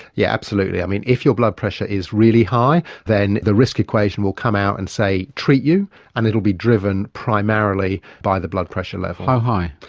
yeah absolutely. i mean, if your blood pressure is really high, then the risk equation will come out and say treat you and it will be driven primarily by the blood pressure levels. like how high?